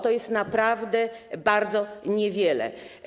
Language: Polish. To jest naprawdę bardzo niewiele.